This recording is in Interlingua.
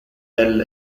del